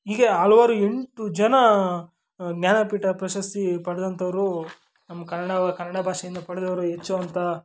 ಹೀಗೆ ಹಲ್ವಾರು ಎಂಟು ಜನ ಜ್ಞಾನಪೀಠ ಪ್ರಶಸ್ತಿ ಪಡೆದಂಥವರು ನಮ್ಮ ಕನ್ನಡ ಕನ್ನಡ ಭಾಷೆಯಿಂದ ಪಡೆದವರು ಹೆಚ್ಚು ಅಂತ